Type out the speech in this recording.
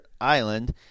island